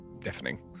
Deafening